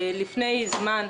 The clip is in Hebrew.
לפני זמן,